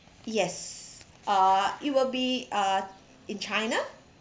yes uh it will be uh in china